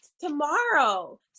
tomorrow